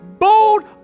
Bold